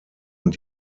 und